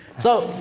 so,